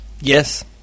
Yes